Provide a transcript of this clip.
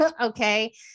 okay